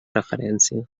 referència